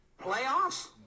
Playoffs